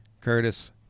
Curtis